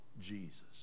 Jesus